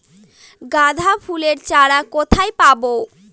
গাঁদা ফুলের চারা কোথায় পাবো?